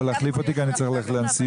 להחליף אותי כי אני צריך ללכת לנשיאות,